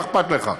מה אכפת לך?